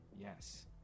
Yes